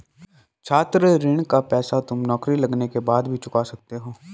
छात्र ऋण का पैसा तुम नौकरी लगने के बाद भी चुका सकते हो